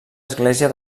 església